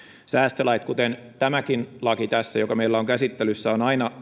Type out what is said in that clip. säästölait kuten tämäkin laki tässä joka meillä on käsittelyssä ovat aina